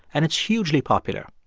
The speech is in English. and it's hugely popular.